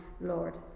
Lord